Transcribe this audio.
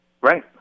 Right